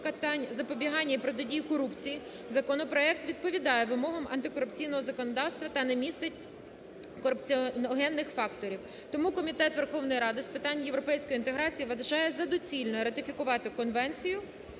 запобігання і протидії корупції законопроект відповідає вимогам антикорупційного законодавства та не містить корупціогенних факторів. Тому Комітет Верховної Ради з питань європейської інтеграції вважає за доцільне ратифікувати Конвенцію